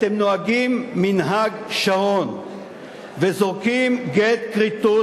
אתם נוהגים מנהג שרון וזורקים גט כריתות